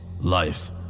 life